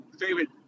favorite